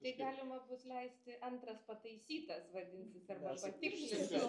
tai galima bus leisti antras pataisytas vadinsis arba patikslintas